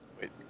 Wait